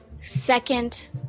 second